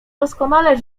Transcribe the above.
doskonale